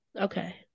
Okay